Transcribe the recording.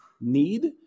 need